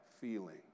feeling